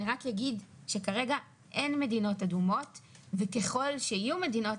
אני רק אגיד שכרגע אין מדינות אדומות וככל שיהיו מדינות